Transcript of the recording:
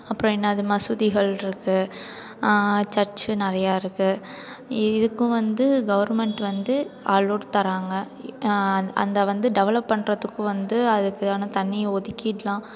அப்புறம் என்னது மசூதிகள் இருக்குது சர்ச்சு நிறையா இருக்குது இதுக்கும் வந்து கவர்மெண்ட் வந்து அலோட் தராங்க இ அந் அந்த வந்து டெவலப் பண்ணுறதுக்கும் வந்து அதுக்கான தனி ஒதுக்கீடெலாம்